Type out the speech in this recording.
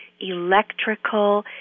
electrical